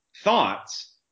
thoughts